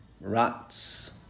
rats